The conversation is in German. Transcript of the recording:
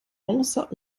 außer